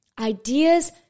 ideas